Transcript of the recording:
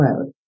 road